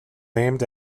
named